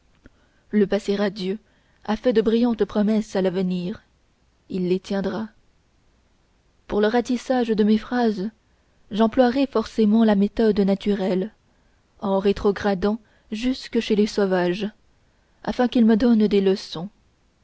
le passé radieux a fait de brillantes promesses à l'avenir il les tiendra pour le ratissage de mes phrases j'emploierai forcément la méthode naturelle en rétrogradant jusque chez les sauvages afin qu'ils me donnent des leçons